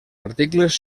articles